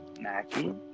Mackie